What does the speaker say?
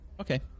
okay